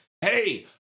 hey